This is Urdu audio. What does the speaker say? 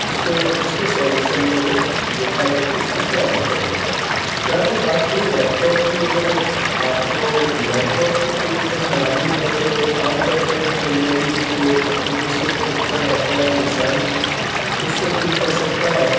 اس میں اس کے سالوشن کو دیکھا جائے کہ اس میں کیا دقت ہے جہاں تک بات کروں لیپ ٹاپ کی اگر آپ کو لیپ ٹاپ پہ کوئی ایک خرابی ہے تو عام طور پہ جنرلی جو اپلیکیشن کا دقت آتا ہے تو انسان خود سے ٹھیک کر سکتا ہے